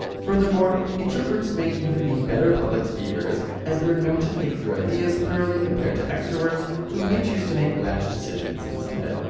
furthermore, introverts may even be better public speakers, as they are known to think through ideas thoroughly compared to extroverts, who may choose to make rash decisions instead.